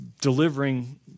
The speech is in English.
delivering